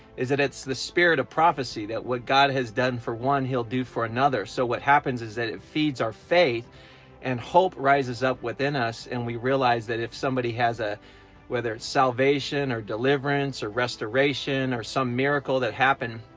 is that it's the spirit of prophecy that what god has done for one, he'll do for another so what happens is that it feeds our faith and hope rises up within us and we realize that if somebody has, ah whether it's salvation or deliverance or restoration or some miracle that happened,